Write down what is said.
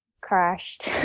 crashed